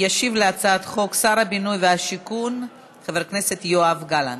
ישיב על הצעת החוק שר הבינוי והשיכון חבר הכנסת יואב גלנט.